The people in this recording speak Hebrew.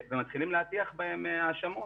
ומתחילים להטיח בהם האשמות,